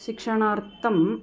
शिक्षणार्थम्